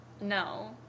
No